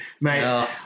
mate